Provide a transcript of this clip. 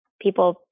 people